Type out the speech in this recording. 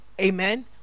Amen